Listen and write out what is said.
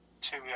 two